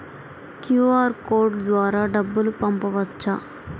QR code ద్వారా డబ్బులు పంపవచ్చా?